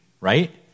right